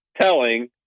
telling